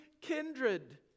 kindred